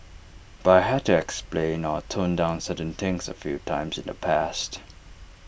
but I had to explain or tone down certain things A few times in the past